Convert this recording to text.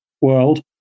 world